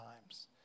times